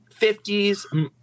50s